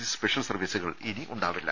C special സർവീസുകൾ ഇനി ഉണ്ടാവില്ല